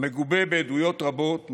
המגובה בעדויות רבות,